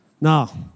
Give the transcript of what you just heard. Now